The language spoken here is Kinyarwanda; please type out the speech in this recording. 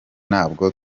ntabwo